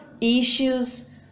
issues